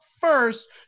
first